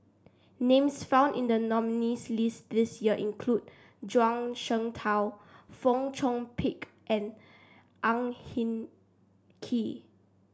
names found in the nominees' list this year include Zhuang Shengtao Fong Chong Pik and Ang Hin Kee